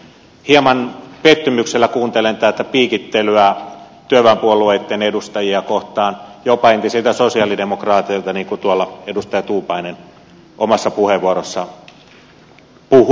hieman pettymyksellä kuuntelen täältä piikittelyä työväenpuolueitten edustajia kohtaan jopa entisiltä sosialidemokraateilta niin kuin tuolla edustaja tuupainen omassa puheenvuorossaan puhui palturia